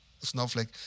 Snowflake